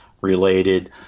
related